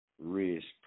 risk